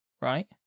right